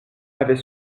avait